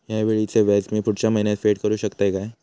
हया वेळीचे व्याज मी पुढच्या महिन्यात फेड करू शकतय काय?